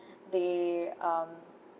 they um